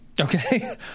okay